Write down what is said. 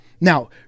now